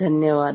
ಧನ್ಯವಾದ